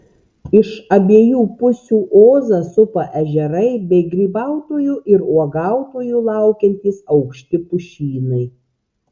iš abiejų pusių ozą supa ežerai bei grybautojų ir uogautojų laukiantys aukšti pušynai